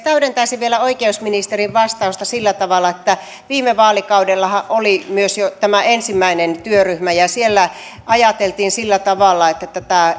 täydentäisin vielä oikeusministerin vastausta sillä tavalla että viime vaalikaudellahan oli jo tämä ensimmäinen työryhmä ja siellä ajateltiin sillä tavalla että että